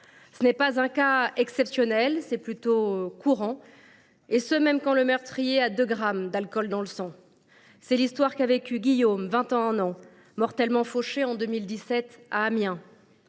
Ce n’est pas un cas exceptionnel. C’est plutôt courant, et cela même quand le meurtrier a 2 grammes d’alcool dans le sang. C’est l’histoire qu’a vécue Guillaume, 21 ans, mortellement fauché, en 2017, à Amiens.